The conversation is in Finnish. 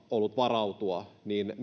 ollut mahdollisuutta varautua